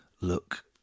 look